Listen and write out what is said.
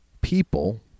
people